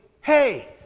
hey